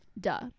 Duh